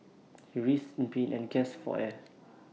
he writhed in pain and gasped for air